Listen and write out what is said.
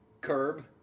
curb